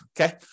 okay